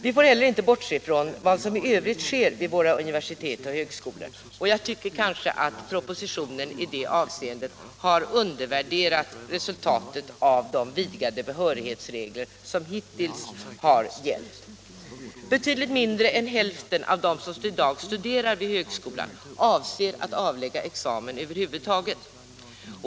Vi får inte heller bortse från vad som i övrigt sker vid våra universitet och högskolor. Jag tycker kanske att propositionen i det avseendet har undervärderat resultatet av de vidgade behörighetsregler som hittills har gällt. Betydligt mindre än hälften av dem som i dag studerar vid högskola avser att avlägga examen över huvud taget.